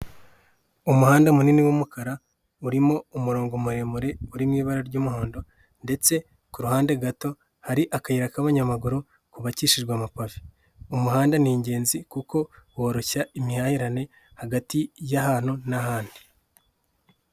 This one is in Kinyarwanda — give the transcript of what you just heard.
Umuhanda munini w'umukara urimo umurongo muremure urimo ibara ry'umuhondo, ndetse ku ruhande gato hari akayira k'abanyamaguru kubakishijwe amapave. Umuhanda ni ingenzi kuko woroshya imihahirane hagati y'ahantu n'abandi.